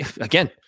again